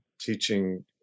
teaching